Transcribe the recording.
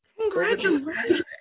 Congratulations